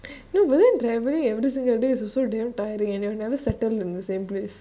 no but then travelling every single day is also damn tiring and you never settle in the same place